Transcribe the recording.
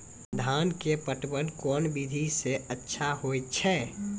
धान के पटवन कोन विधि सै अच्छा होय छै?